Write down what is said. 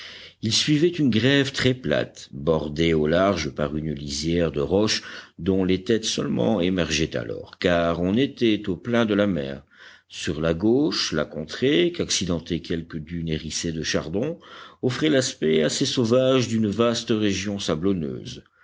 ils suivaient une grève très plate bordée au large par une lisière de roches dont les têtes seulement émergeaient alors car on était au plein de la mer sur la gauche la contrée qu'accidentaient quelques dunes hérissées de chardons offrait l'aspect assez sauvage d'une vaste région sablonneuse